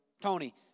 Tony